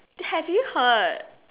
ya did you heard